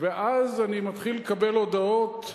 ואז אני מתחיל לקבל הודעות,